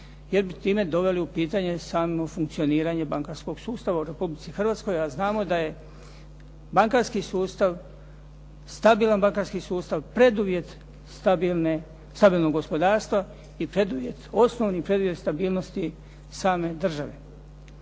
jer bi time doveli u pitanje samo funkcioniranje bankarskog sustava u Republici Hrvatskoj, a znamo je bankarski sustav, stabilan bankarski sustav preduvjet stabilnog gospodarstva i osnovni preduvjet stabilnosti same države.